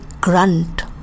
grunt